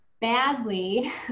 badly